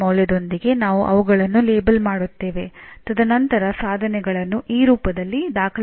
ಸೌಲಭ್ಯಗಳು ಮತ್ತು ತಾಂತ್ರಿಕ ಬೆಂಬಲಕ್ಕೆ ತಲಾ 80 ಅಂಕಗಳನ್ನು ನೀಡಲಾಗುತ್ತದೆ